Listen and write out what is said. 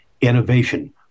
innovation